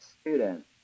student